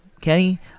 Kenny